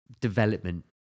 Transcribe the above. development